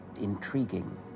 intriguing